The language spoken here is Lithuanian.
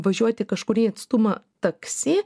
važiuoti kažkurį atstumą taksi